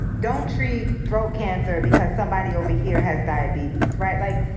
don't treat throat cancer because somebody over here has diabetes, right? like,